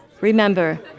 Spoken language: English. Remember